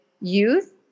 youth